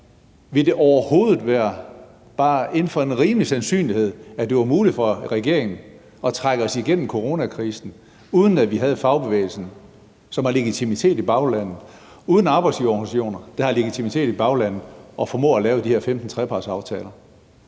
Ville det med bare en rimelig sandsynlighed overhovedet have været muligt for regeringen at trække os igennem coronakrisen, uden at vi havde fagbevægelsen, som har legitimitet i baglandet, og uden arbejdsgiverorganisationerne, som har legitimitet i baglandet, og at formå at lave de her 15 trepartsaftaler?